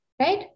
right